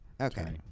Okay